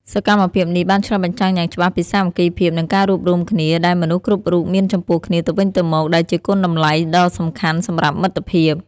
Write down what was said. សកម្មភាពនេះបានឆ្លុះបញ្ចាំងយ៉ាងច្បាស់ពីសាមគ្គីភាពនិងការរួបរួមគ្នាដែលមនុស្សគ្រប់រូបមានចំពោះគ្នាទៅវិញទៅមក ដែលជាគុណតម្លៃដ៏សំខាន់សម្រាប់មិត្តភាព។